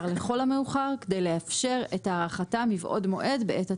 לכל המאוחר כדי לאפשר את הארכתה מבעוד מועד בעת הצורך'.